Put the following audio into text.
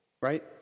Right